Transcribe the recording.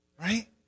Right